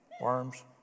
Worms